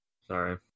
Sorry